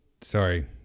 sorry